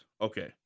Okay